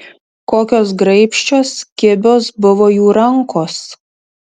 kokios graibščios kibios buvo jų rankos